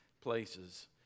places